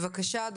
בבקשה,